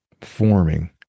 forming